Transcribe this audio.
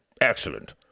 Excellent